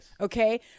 okay